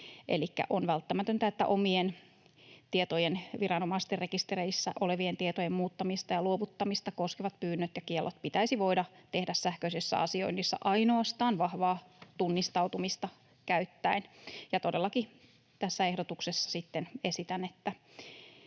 on välttämätöntä, että viranomaisten rekistereissä olevien omien tietojen muuttamista ja luovuttamista koskevat pyynnöt ja kiellot voisi tehdä sähköisessä asioinnissa ainoastaan vahvaa tunnistautumista käyttäen. Todellakin tässä ehdotuksessa esitän,